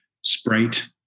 sprite